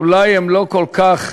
אולי הם לא כל כך